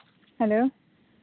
hello